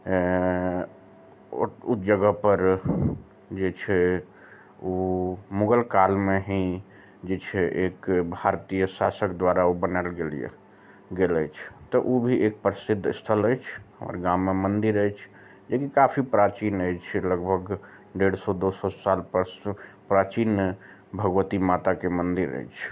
ओ जगह पर जे छै ओ मुगल कालमे ही जे छै एक भारतीय शासक द्वारा ओ बनाएल गेल अछि तऽ ओ भी एक प्रसिद्ध स्थल अछि हमर गाममे मन्दिर अछि जेकि काफी प्राचीन अछि लगभग डेढ़ सए दू सए साल पर प्राचीन भगबती माताके मन्दिर अछि